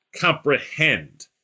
comprehend